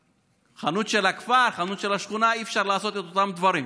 כשבחנות של הכפר או השכונה אי-אפשר לעשות את אותם דברים.